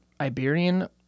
Iberian